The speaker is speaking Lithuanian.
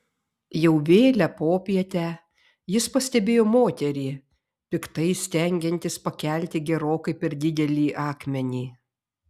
jau vėlią popietę jis pastebėjo moterį piktai stengiantis pakelti gerokai per didelį akmenį